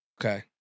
Okay